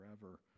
forever